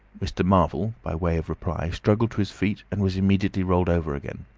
mr. marvel by way of reply struggled to his feet, and was immediately rolled over again.